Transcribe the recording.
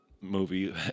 movie